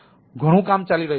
તેથી ઘણું કામ ચાલી રહ્યું છે